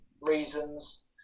reasons